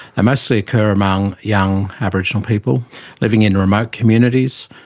mostly occur among young aboriginal people living in remote communities,